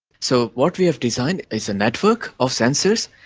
so what we have designed is a network of sensors,